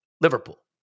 Liverpool